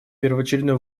первоочередной